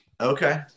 Okay